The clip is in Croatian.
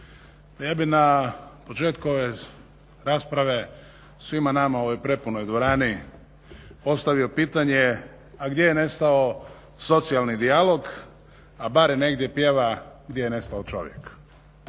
Ja bih na početku ove rasprave svima nama u ovoj prepunoj dvorani postavio pitanje a gdje je nestao socijalni dijalog, a barem negdje pjeva gdje je nestao čovjek,